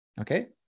Okay